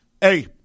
Hey